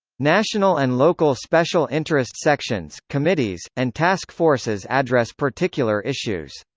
national and local special-interest sections, committees, and task forces address particular issues.